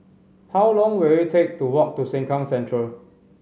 how long will it take to walk to Sengkang Central